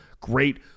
Great